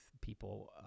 people